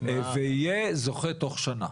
ויהיה זוכה תוך שנה.